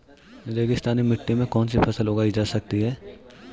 रेगिस्तानी मिट्टी में कौनसी फसलें उगाई जा सकती हैं?